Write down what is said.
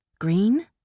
Green